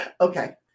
Okay